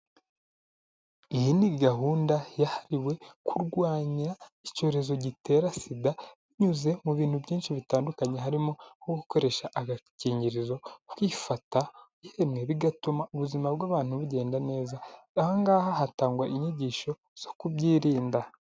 Iyi ni gahunda yahariwe kurwanya icyorezo gitera sida binyuze mu bintu byinshi bitandukanye harimo nko gukoresha agakingirizo, kwifata yemwe bigatuma ubuzima bw'abantu bugenda neza, aha ngaha hatangwa inyigisho zo kubyirinda.